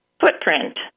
footprint